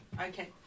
okay